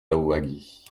louwagie